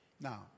now